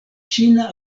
ĉina